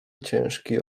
ciężki